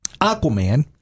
Aquaman